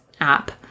app